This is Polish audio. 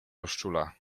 rozczula